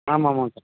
ஆமாம் ஆமாம்ங்க்கா